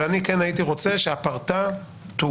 אבל אני כן הייתי רוצה שהפרטה תוגש,